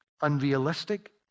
unrealistic